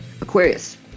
Aquarius